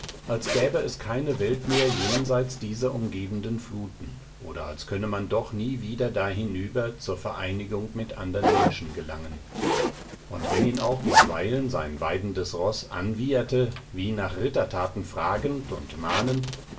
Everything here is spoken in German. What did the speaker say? als gäbe es keine welt mehr jenseits dieser umgebenden fluten oder als könne man doch nie wieder da hinüber zur vereinigung mit andern menschen gelangen und wenn ihn auch bisweilen sein weidendes roß anwieherte wie nach rittertaten fragend und mahnend